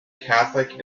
catholic